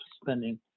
spending